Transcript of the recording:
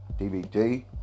DVD